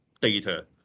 data